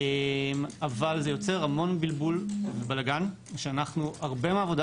אבל זה יוצר המון בלבול ובלגן שהרבה מהעבודה